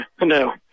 no